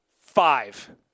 five